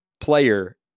player